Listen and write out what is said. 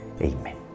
Amen